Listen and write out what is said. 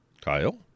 Kyle